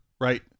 Right